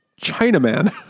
Chinaman